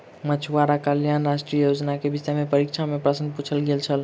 मछुआरा कल्याण राष्ट्रीय योजना के विषय में परीक्षा में प्रश्न पुछल गेल छल